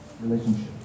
relationship